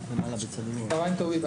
(בזום) צהריים טובים.